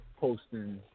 posting